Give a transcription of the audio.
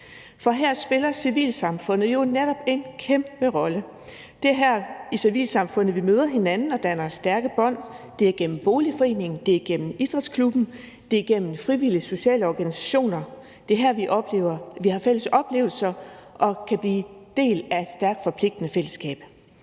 For her spiller civilsamfundet jo netop en kæmpe rolle. Det er i civilsamfundet, vi møder hinanden og danner stærke bånd. Det er igennem boligforeningen, det er igennem idrætsklubben, det er igennem frivillige sociale organisationer: Det er her, vi har fælles oplevelser og kan blive en del af et stærkt forpligtende fællesskab.